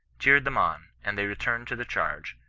cheered them on, and they returned to the charge,